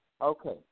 Okay